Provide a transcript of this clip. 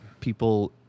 people